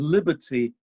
Liberty